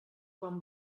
quan